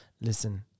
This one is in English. listen